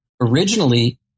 originally